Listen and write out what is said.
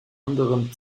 anderem